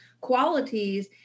qualities